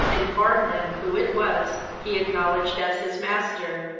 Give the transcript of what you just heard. inform them who it was he acknowledged as his master,